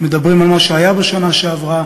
מדברים על מה שהיה בשנה שעברה,